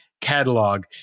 catalog